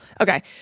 Okay